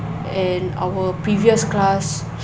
and our previous class